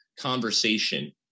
conversation